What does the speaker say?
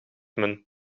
men